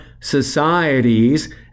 societies